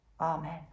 Amen